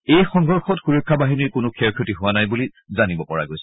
এই সংঘৰ্ষত সুৰক্ষা বাহিনীৰ কোনো ক্ষয় ক্ষতি হোৱা নাই বুলি জানিব পৰা গৈছে